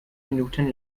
minuten